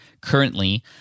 currently